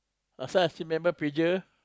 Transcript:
last time I still remember pager